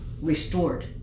restored